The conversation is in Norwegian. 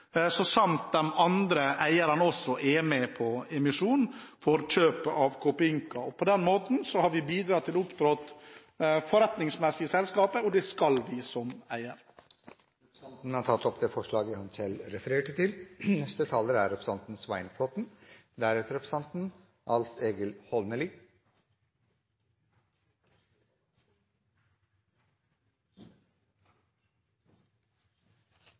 så sant de andre eierne også er med på emisjon for kjøp av Copeinca. På den måten har vi bidratt til å opptre forretningsmessig i selskapet, og det skal vi som eier. Representanten Harald T. Nesvik har tatt opp det forslaget han refererte til. Saken er